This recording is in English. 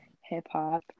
hip-hop